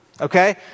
okay